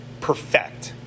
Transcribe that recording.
perfect